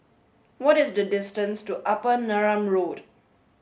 what is the distance to Upper Neram Road